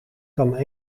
kan